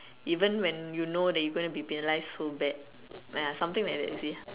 even when you know that you gonna be penalized so bad ya lah something like that you see